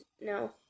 No